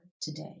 today